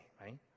right